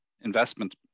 investment